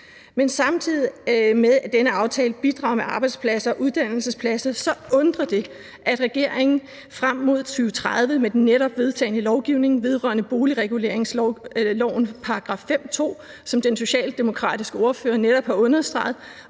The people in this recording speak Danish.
Men samtidig med at denne aftale bidrager med arbejdspladser og uddannelsespladser, så undrer det, at regeringen frem mod 2030 med den netop vedtagne lovgivning vedrørende boligreguleringslovens § 5, stk. 2, som den socialdemokratiske ordfører netop har understreget,